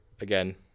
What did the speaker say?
again